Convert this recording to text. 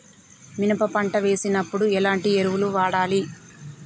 మినప పంట వేసినప్పుడు ఎలాంటి ఎరువులు వాడాలి?